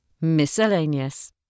Miscellaneous